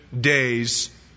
days